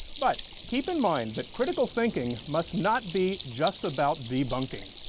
but keep in mind that critical thinking must not be just about debunking.